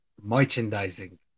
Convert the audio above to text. Merchandising